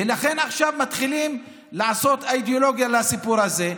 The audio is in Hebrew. ולכן עכשיו מתחילים לעשות אידיאולוגיה לסיפור הזה.